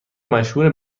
مشهور